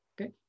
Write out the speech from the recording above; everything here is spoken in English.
Okay